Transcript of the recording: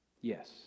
Yes